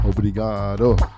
obrigado